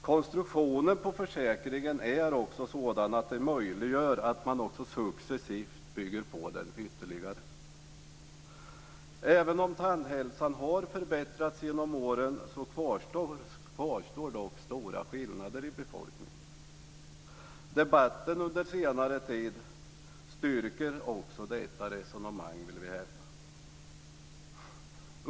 Konstruktionen på försäkringen är sådan att den möjliggör att man successivt bygger på den ytterligare. Även om tandhälsan har förbättrats genom åren kvarstår dock stora skillnader hos befolkningen. Debatten under senare tid styrker också detta resonemang, vill vi hävda.